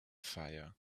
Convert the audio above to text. fire